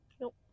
nope